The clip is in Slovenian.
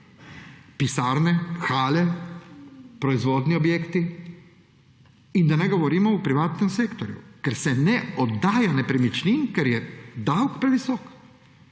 pisarne, hale, proizvodnji objekti in da ne govorimo v privatnem sektorju, kjer se ne oddajo nepremičnine, ker je davek previsok.